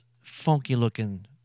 funky-looking